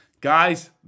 Guys